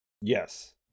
Yes